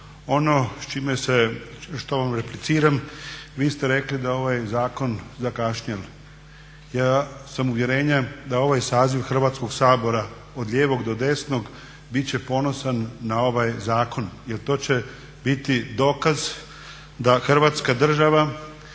Ono što vam repliciram, vi ste rekli da ovaj zakon zakašnjel, ja sam uvjerenja da je ovaj saziv Hrvatskog sabora od lijevog do desnog bit će ponosan na ovaj zakon jel to će biti dokaz da Hrvatska država